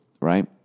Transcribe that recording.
right